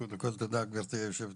קודם כל תודה גבירתי היושבת-ראש,